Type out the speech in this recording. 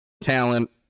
talent